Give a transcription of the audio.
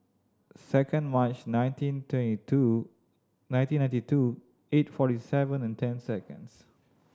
second March nineteen twenty two nineteen ninety two eight forty seven and ten seconds